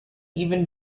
even